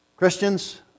Christians